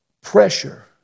pressure